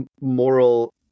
moral